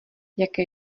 jaké